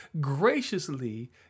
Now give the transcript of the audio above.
Graciously